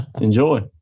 enjoy